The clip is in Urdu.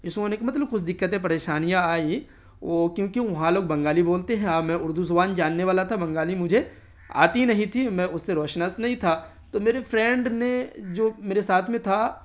ایسو ہونے کا مطلب کچھ دقتیں پریشانیاں آئی وہ کیونکہ وہاں لوگ بنگالی بولتے ہیں اور میں اردو زبان جاننے والا تھا بنگالی مجھے آتی نہیں تھی میں اس سے روسناش نہیں تھا تو میری فرینڈ نے جو میرے ساتھ میں تھا